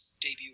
debut